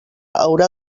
haurà